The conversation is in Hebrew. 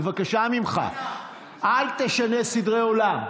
בבקשה ממך, אל תשנה סדרי עולם.